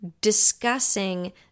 discussing